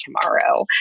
tomorrow